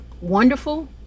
wonderful